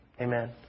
Amen